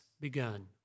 begun